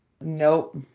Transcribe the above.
nope